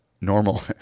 normal